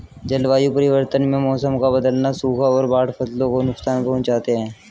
जलवायु परिवर्तन में मौसम का बदलना, सूखा और बाढ़ फसलों को नुकसान पहुँचाते है